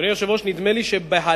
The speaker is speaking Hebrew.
אדוני היושב-ראש, נדמה לי שבהלה